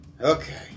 Okay